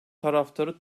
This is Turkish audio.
taraftarı